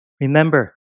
Remember